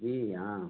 जी हाँ